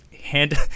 hand